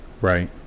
Right